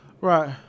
Right